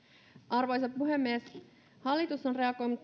arvoisa puhemies hallitus on